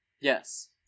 Yes